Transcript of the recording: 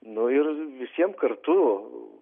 nu ir visiem kartu